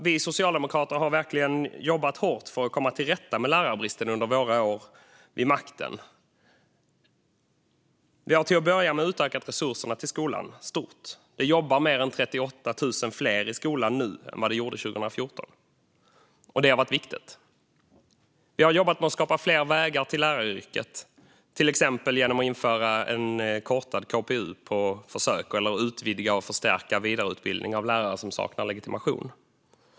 Vi socialdemokrater har verkligen jobbat hårt för att komma till rätta med lärarbristen under våra år vid makten. Vi har till att börja med utökat resurserna till skolan stort. Det jobbar mer än 38 000 fler i skolan nu än vad det gjorde 2014. Det har varit viktigt. Vi har jobbat med att skapa fler vägar till läraryrket, till exempel genom att införa en kortad KPU på försök och genom att utvidga och förstärka vidareutbildning av lärare som saknar legitimation.